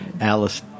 Alice